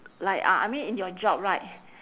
like uh I mean in your job right